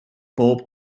bob